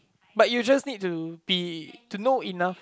but you just need to be to know enough